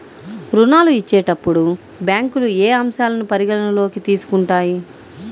ఋణాలు ఇచ్చేటప్పుడు బ్యాంకులు ఏ అంశాలను పరిగణలోకి తీసుకుంటాయి?